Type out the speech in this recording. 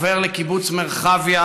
עובר לקיבוץ מרחביה,